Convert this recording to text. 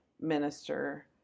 minister